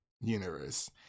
universe